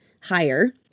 higher